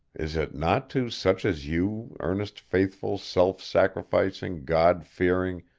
is it not to such as you, earnest, faithful, self-sacrificing, god-fearing,